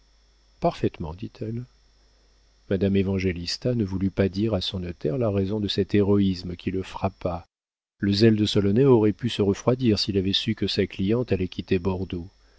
parfaitement dit-elle madame évangélista ne voulut pas dire à son notaire la raison de cet héroïsme qui le frappa le zèle de solonet aurait pu se refroidir s'il avait su que sa cliente allait quitter bordeaux